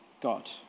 God